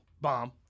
bomb